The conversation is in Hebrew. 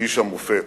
איש המופת.